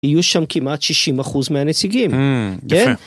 יהיו שם כמעט 60% מהנציגים. יפה